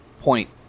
point